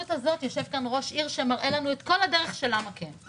יושב כאן ראש עירייה שמראה לנו את כל הדרך של למה כן.